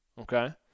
Okay